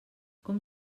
com